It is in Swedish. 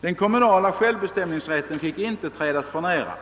Den kommunala självbestämmanderätten fick inte trädas för nära.